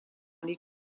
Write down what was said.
les